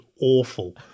awful